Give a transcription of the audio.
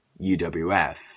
UWF